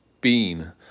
bean